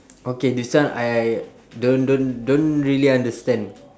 okay this one I don't don't don't really understand